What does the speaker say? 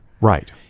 Right